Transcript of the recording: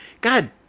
God